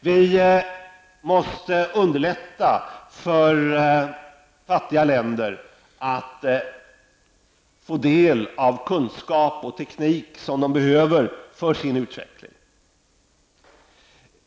Vi måste underlätta för fattiga länder att kunna ta del av den kunskap och den teknik som de behöver för sin utveckling.